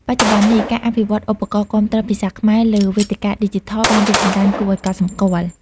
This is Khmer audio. បច្ចុប្បន្ននេះ ការអភិវឌ្ឍឧបករណ៍គាំទ្រភាសាខ្មែរលើវេទិកាឌីជីថលបានរីកចម្រើនគួរឱ្យកត់សម្គាល់។